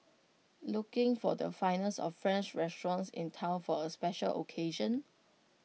looking for the finest of French restaurants in Town for A special occasion